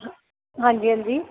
ਹਾਂਜੀ ਹਾਂਜੀ